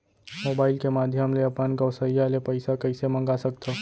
Mobile के माधयम ले अपन गोसैय्या ले पइसा कइसे मंगा सकथव?